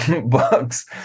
books